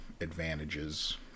advantages